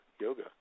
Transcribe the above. yoga